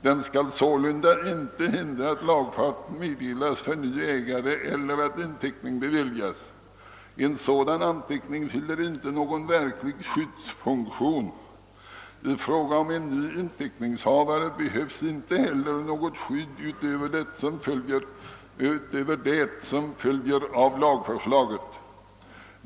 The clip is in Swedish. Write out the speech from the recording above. Den skall sålunda inte hindra att lagfart meddelas för ny ägare eller att inteckning beviljas. En sådan anteckning fyller inte någon verklig skyddsfunktion. I fråga om en ny inteckningshavare behövs inte heller något skydd utöver det som följer av lagförslaget.